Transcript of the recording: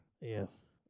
Yes